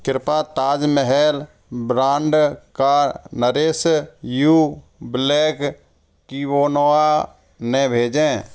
कृपया ताजमहल ब्रांड का नरेश यू ब्लैक किवोनोवा न भेजें